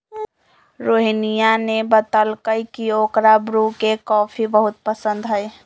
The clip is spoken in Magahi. रोहिनीया ने बतल कई की ओकरा ब्रू के कॉफी बहुत पसंद हई